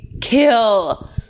Kill